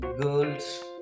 girls